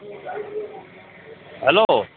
hello